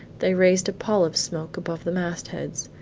they raised a pall of smoke above the mastheads,